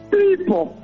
people